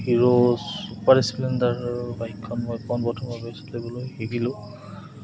hero super splendor বাইকখন মই পোনপ্ৰথমভাৱে চলাবলৈ শিকিলোঁ